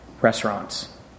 restaurants